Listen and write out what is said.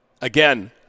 Again